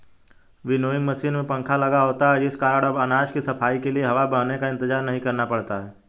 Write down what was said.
winnowing machine में पंखा लगा होता है जिस कारण अब अनाज की सफाई के लिए हवा बहने का इंतजार नहीं करना पड़ता है